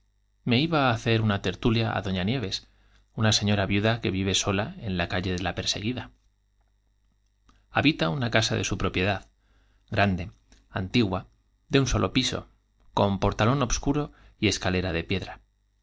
me iba á hacer la tertulia á doña nieves una señora viuda que vive sola en la calle de la perseguida habita una casa de su propiedad de solo piso portalón obscuro grande antigua un con y escalera de piedra